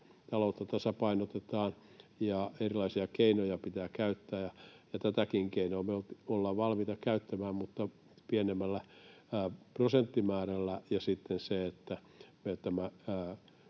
taloutta tasapainotetaan ja erilaisia keinoja pitää käyttää, ja tätäkin keinoa me ollaan valmiita käyttämään, mutta pienemmällä prosenttimäärällä, ja sitten sillä, että